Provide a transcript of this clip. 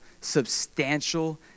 substantial